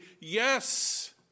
yes